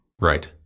Right